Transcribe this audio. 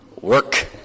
work